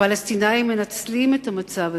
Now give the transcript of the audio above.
הפלסטינים מנצלים את המצב הזה,